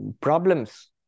problems